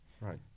right